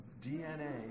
DNA